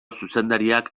zuzendariak